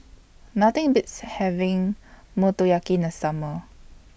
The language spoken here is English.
Nothing Beats having Motoyaki in The Summer